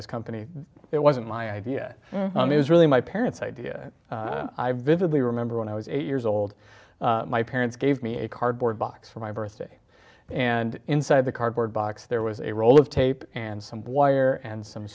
this company it wasn't my idea is really my parents idea i vividly remember when i was eight years old my parents gave me a car board box for my birthday and inside the cardboard box there was a roll of tape and some wire and some